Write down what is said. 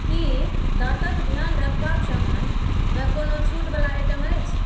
की दाँतके ध्यान रखबाके समानमे कोनो छूट बला आइटम अछि